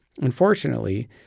Unfortunately